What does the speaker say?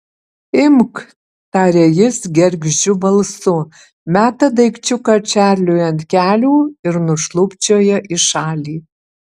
imk taria jis gergždžiu balsu meta daikčiuką čarliui ant kelių ir nušlubčioja į šalį